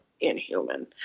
inhuman